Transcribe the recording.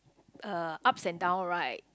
uh ups and down right